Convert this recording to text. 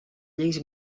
lleis